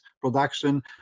production